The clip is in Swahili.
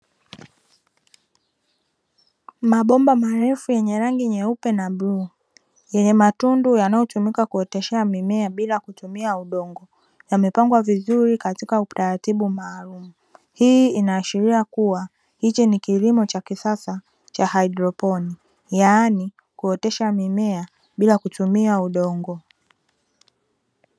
Mabomba marefu yenye rangi nyeupe na bluu, yenye matundu yanayotumika kuoteshea mimea bila kutumia udongo. Yamepangwa vizuri katika utaratibu maalumu. Hii inaashiria kuwa hichi ni kilimo cha kisasa cha haidroponi; yaani kuotesha mimea bila kutumia udongo.